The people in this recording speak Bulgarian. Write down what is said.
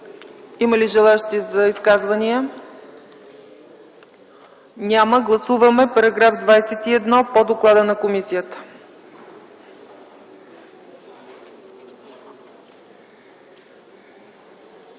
Има ли желаещи за изказване? Няма. Гласуваме параграф § 22 по доклада на комисията.